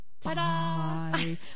ta-da